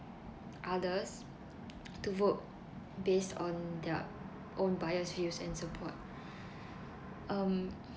others to vote based on their own biased views and support um